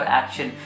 action।